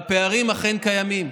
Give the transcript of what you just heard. והפערים אכן קיימים.